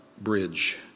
bridge